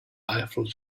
eiffel